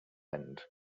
end